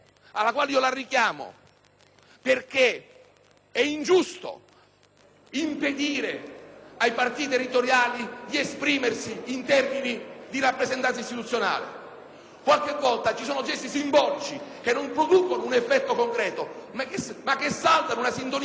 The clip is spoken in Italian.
perché è ingiusto impedire ai partiti territoriali di esprimersi in termini di rappresentanza istituzionale. A volte ci sono gesti simbolici che non producono un effetto concreto, ma che saldano una sintonia culturale e politica.